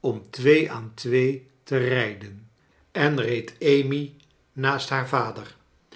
om twee aan twee te rijden en reed amy naast haar vader